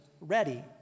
ready